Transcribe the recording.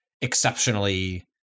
exceptionally